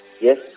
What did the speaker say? yes